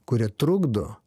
kurie trukdo